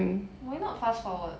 why not fast forward